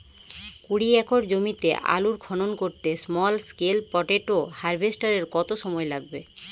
কুড়ি একর জমিতে আলুর খনন করতে স্মল স্কেল পটেটো হারভেস্টারের কত সময় লাগবে?